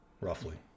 roughly